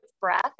breath